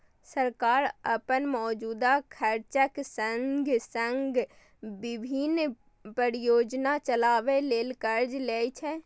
सरकार अपन मौजूदा खर्चक संग संग विभिन्न परियोजना चलाबै ले कर्ज लै छै